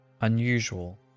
unusual